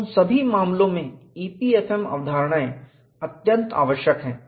उन सभी मामलों में EPFM अवधारणाएं अत्यंत आवश्यक हैं